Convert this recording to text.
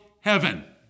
heaven